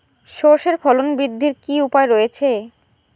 সর্ষের ফলন বৃদ্ধির কি উপায় রয়েছে?